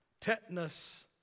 tetanus